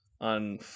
on